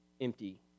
empty